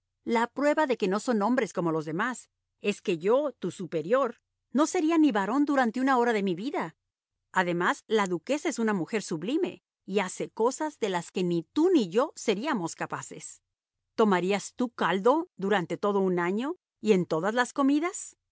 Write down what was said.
la prueba de que no son hombres como los demás es que yo tu superior no sería ni barón durante una hora de mi vida además la duquesa es una mujer sublime y hace cosas de las que ni tú ni yo seríamos capaces tomarías tú caldo durante todo un año y en todas las comidas